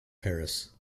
paris